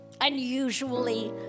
unusually